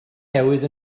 newydd